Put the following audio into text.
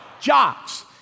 Jocks